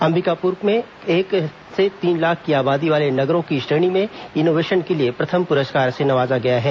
अंबिकापुर को एक से तीन लाख की आबादी वाले नगरों की श्रेणी में इनोवेशन के लिए प्रथम पुरस्कार से नवाजा गया है